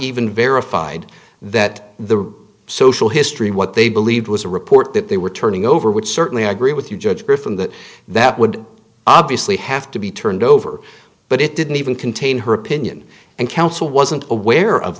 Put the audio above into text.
even verified that the social history what they believed was a report that they were turning over would certainly agree with you judge griffin that that would obviously have to be turned over but it didn't even contain her opinion and counsel wasn't aware of